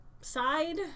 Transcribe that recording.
side